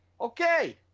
Okay